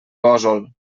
gósol